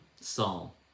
Saul